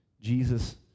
jesus